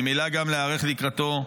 ממילא גם להיערך לקראתו.